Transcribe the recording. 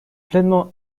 pleinement